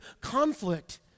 conflict